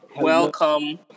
Welcome